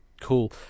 cool